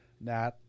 Nat